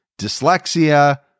dyslexia